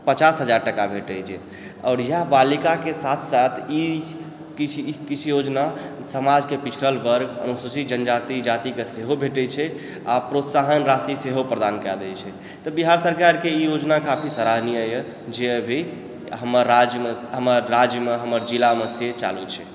पचास हजार टाका भेटै छै आओर इएह बालिकाके साथ साथ ई किछु योजना समाजके किछु पिछड़ल वर्ग अनुसूचित जनजाति जातिके सेहो भेटै छै आओर प्रोत्साहन राशि सेहो प्रदान कए दै छै तऽ बिहार सरकारके ई योजना काफी सराहनीय यऽ जे अभी हमर राज्यमे हमर जिलामे से चालू छै